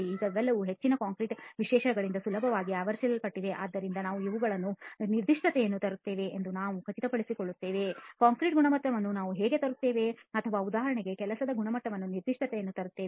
ಈಗ ಇವೆಲ್ಲವೂ ಹೆಚ್ಚಿನ ಕಾಂಕ್ರೀಟ್ ವಿಶೇಷಣಗಳಿಂದ ಸುಲಭವಾಗಿ ಆವರಿಸಲ್ಪಟ್ಟಿಲ್ಲ ಆದ್ದರಿಂದ ನಾವು ಇವುಗಳನ್ನು ನಿರ್ದಿಷ್ಟತೆಗೆ ತರುತ್ತೇವೆ ಎಂದು ನಾವು ಹೇಗೆ ಖಚಿತಪಡಿಸಿಕೊಳ್ಳುತ್ತೇವೆ ಕಾಂಕ್ರೀಟ್ ಗುಣಮಟ್ಟವನ್ನು ನಾವು ಹೇಗೆ ತರುತ್ತೇವೆ ಅಥವಾ ಉದಾಹರಣೆಗೆ ಕೆಲಸದ ಗುಣಮಟ್ಟವನ್ನು ನಿರ್ದಿಷ್ಟತೆಗೆ ತರುತ್ತೇವೆ